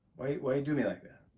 why you do me like that?